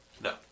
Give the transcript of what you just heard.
No